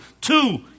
Two